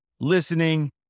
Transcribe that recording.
listening